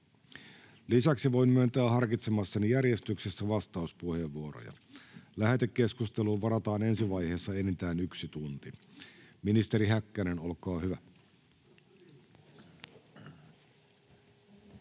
Lisäksi voin myöntää harkitsemassani järjestyksessä vastauspuheenvuoroja. Lähetekeskusteluun varataan ensi vaiheessa enintään yksi tunti. — Ministeri Häkkänen, olkaa hyvä.